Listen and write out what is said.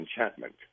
Enchantment